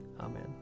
Amen